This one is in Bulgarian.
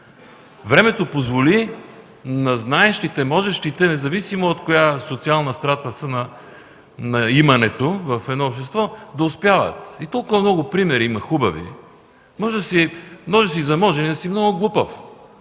Времето позволи на знаещите, можещите, независимо от коя социална страна на имането са, в едно общество да успяват. Толкова много хубави примери има. Може да си заможен и да си много глупав.